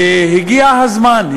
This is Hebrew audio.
והגיע הזמן,